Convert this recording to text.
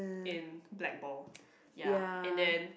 in blackball ya and then